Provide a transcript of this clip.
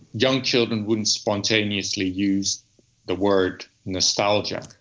young children wouldn't spontaneously use the word nostalgia,